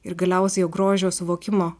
ir galiausiai grožio suvokimo